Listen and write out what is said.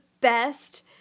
best-